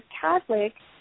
Catholic